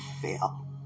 fail